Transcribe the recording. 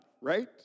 right